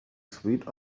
sweet